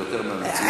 זה יותר מהמציעים.